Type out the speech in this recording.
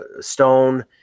Stone